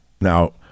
Now